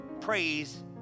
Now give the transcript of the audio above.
praise